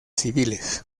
civiles